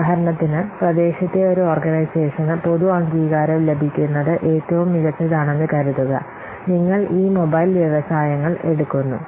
ഉദാഹരണത്തിന് പ്രദേശത്തെ ഒരു ഓർഗനൈസേഷന് പൊതു അംഗീകാരം ലഭിക്കുന്നത് ഏറ്റവും മികച്ചതാണെന്ന് കരുതുക നിങ്ങൾ ഈ മൊബൈൽ വ്യവസായങ്ങൾ എടുക്കുന്നു